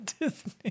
Disney